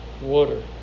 water